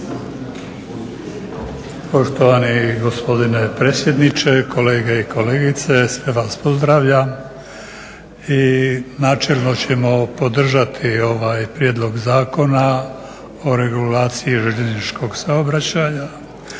Poštovani gospodine predsjedniče, kolege i kolegice sve vas pozdravljam i načelno ćemo podržati ovaj prijedlog Zakona o regulaciji željezničkog saobraćaja,